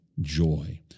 joy